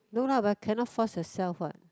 no lah but cannot force yourself what